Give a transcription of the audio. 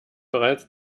bereits